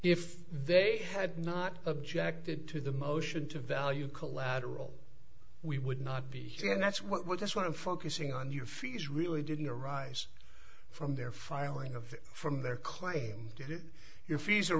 if they had not objected to the motion to value collateral we would not be doing that's what that's what i'm focusing on your fees really didn't arise from their filing of from their claim your fees ar